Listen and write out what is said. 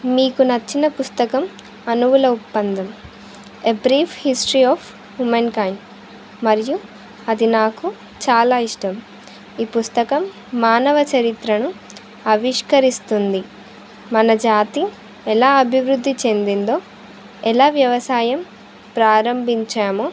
మీకు నచ్చిన పుస్తకం అనువుల ఒప్పందం a brief history of humankind మరియు అది నాకు చాలా ఇష్టం ఈ పుస్తకం మానవ చరిత్రను అవిష్కరిస్తుంది మన జాతి ఎలా అభివృద్ధి చెందిందో ఎలా వ్యవసాయం ప్రారంభించామో